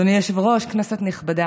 אדוני היושב-ראש, כנסת נכבדה,